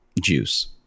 juice